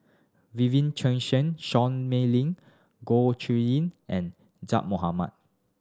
Vivien Quahe Seah Mei Lin Goh Chiew Lye and Zaqy Mohamad